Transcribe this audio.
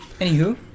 Anywho